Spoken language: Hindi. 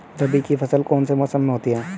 रबी की फसल कौन से मौसम में होती है?